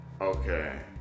Okay